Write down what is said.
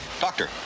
Doctor